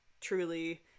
truly